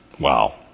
Wow